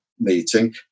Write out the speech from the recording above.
meeting